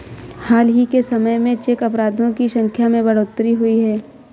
हाल ही के समय में चेक अपराधों की संख्या में बढ़ोतरी हुई है